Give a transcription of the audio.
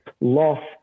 loss